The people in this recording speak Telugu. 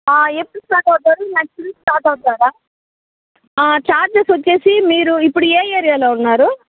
ఎప్పుడు స్టార్ట్ అవుతారు నెక్స్ట్ వీక్ స్టార్ట్ అవుతారా ఛార్జెస్ వచ్చేసి మీరు ఇప్పుడు ఏ ఏరియాలో ఉన్నారు